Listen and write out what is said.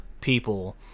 people